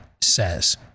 says